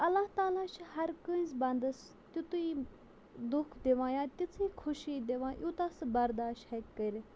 اللہ تعالیٰ چھِ ہر کٲنٛسہِ بندَس تِتُے دُکھ دِوان یا تِژھٕے خوشی دِوان یوٗتاہ سُہ بَرداش ہیٚکہِ کٔرِتھ